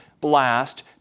blast